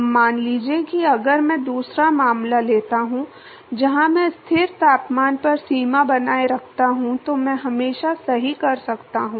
अब मान लीजिए कि अगर मैं दूसरा मामला लेता हूं जहां मैं स्थिर तापमान पर सीमा बनाए रखता हूं तो मैं हमेशा सही कर सकता हूं